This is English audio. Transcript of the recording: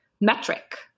metric